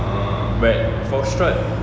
but foxtrot